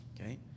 Okay